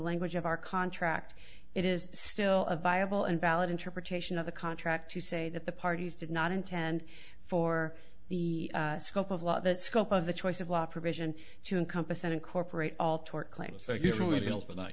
language of our contract it is still a viable and valid interpretation of the contract to say that the parties did not intend for the scope of law the scope of the choice of law provision to encompass and incorporate all tort claims so usually built without